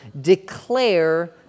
declare